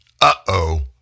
uh-oh